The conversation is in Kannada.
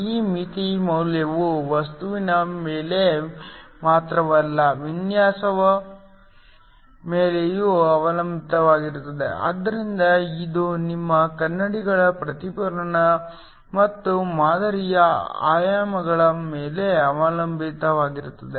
ಈ ಮಿತಿ ಮೌಲ್ಯವು ವಸ್ತುವಿನ ಮೇಲೆ ಮಾತ್ರವಲ್ಲ ವಿನ್ಯಾಸದ ಮೇಲೆಯೂ ಅವಲಂಬಿತವಾಗಿರುತ್ತದೆ ಆದ್ದರಿಂದ ಇದು ನಿಮ್ಮ ಕನ್ನಡಿಗಳ ಪ್ರತಿಫಲನ ಮತ್ತು ಮಾದರಿಯ ಆಯಾಮಗಳ ಮೇಲೆ ಅವಲಂಬಿತವಾಗಿರುತ್ತದೆ